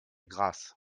grâce